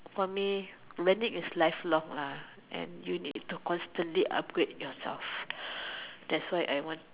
for me learning is life long lah and you need to constantly upgrade yourself that's why I want